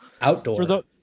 Outdoor